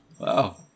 Wow